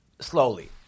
slowly